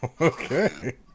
Okay